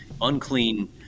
unclean